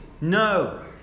no